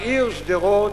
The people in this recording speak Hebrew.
בעיר שדרות